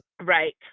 Right